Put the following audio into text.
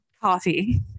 coffee